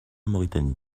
mauritanie